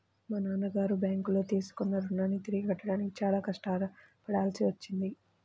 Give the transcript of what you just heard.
మా నాన్నగారు బ్యేంకులో తీసుకున్న రుణాన్ని తిరిగి కట్టడానికి చాలా కష్టపడాల్సి వచ్చింది